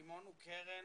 הקמנו קרן